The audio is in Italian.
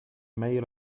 meglio